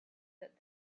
that